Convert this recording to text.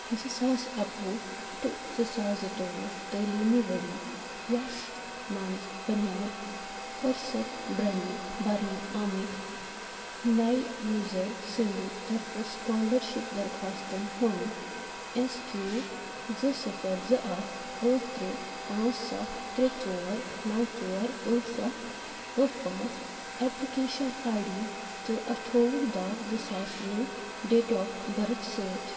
زٕ ساس اَکہٕ وُہ ٹُہ زٕ ساس زٕتووُہ تٲلیٖمی ؤری یَس منٛز بَنیو فٕرست برٛنہِ بَرنہِ آمٕتۍ نیہِ یوٗزَر سٕنٛدِ طرفہٕ سُکالرشِپ درخواستَن ہُنٛد اٮ۪س کیوٗ زٕ صِفر زٕ اکھ ٲٹھ ترٛےٚ پانٛژھ سَتھ ترٛےٚ ژور نَو ژور ٲٹھ سَتھ ٲٹھ پانٛژھ اٮ۪پلِکیشَن آی ڈی تہٕ اَٹھووُہ دہ زٕ ساس وُہ ڈیٹ آف بٔرٕتھ سۭتۍ